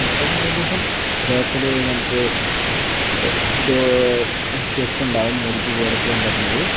മൊത്തം ഏകദേശം ബാക്കിൽ നമുക്ക് ഡോർ സ്റ്റെപ്പ് ഉണ്ടാക്കും മുകളിലേക്ക് കേറിപ്പോകാൻ പറ്റണത്